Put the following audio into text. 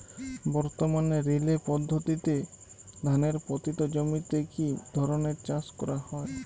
বর্তমানে রিলে পদ্ধতিতে ধানের পতিত জমিতে কী ধরনের চাষ করা হয়?